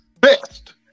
Best